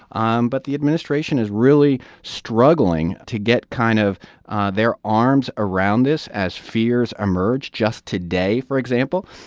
um but the administration is really struggling to get kind of their arms around this as fears emerge. just today, for example,